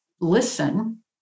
listen